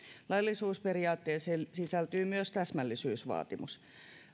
laillisuusperiaatteeseen sisältyy myös täsmällisyysvaatimus